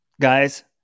guys